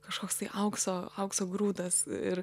kažkoks tai aukso aukso grūdas ir